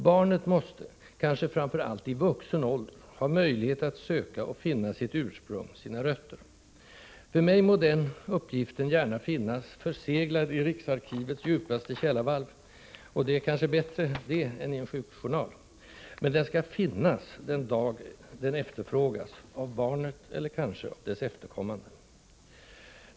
Barnet måste — kanske framför allt i vuxen ålder — ha möjlighet att söka och finna sitt ursprung, sina ”rötter”. För mig må den uppgiften gärna finnas, förseglad, i riksarkivets djupaste källarvalv — det är kanske bättre än i en sjukjournal — men den skall finnas den dag den efterfrågas av barnet eller, kanske, av dess efterkommande.